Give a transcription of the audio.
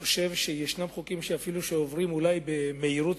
חושב שיש חוקים שאפילו שהם עוברים אולי במהירות,